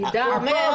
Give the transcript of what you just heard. מי נגד?